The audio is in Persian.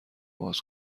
باز